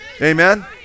Amen